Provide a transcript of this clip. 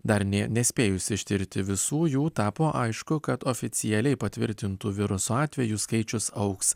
dar nė nespėjus ištirti visų jų tapo aišku kad oficialiai patvirtintų viruso atvejų skaičius augs